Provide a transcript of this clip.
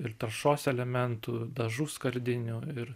ir taršos elementų dažų skardinių ir